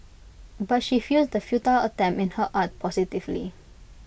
but she views the futile attempt in her art positively